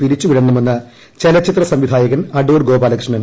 പിരിച്ചുവിടണമെന്ന് ചലച്ചിത്ര സംവിധായകൻ അടാർ ഗോപാലകൃഷ്ണൻ